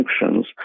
functions